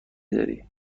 داری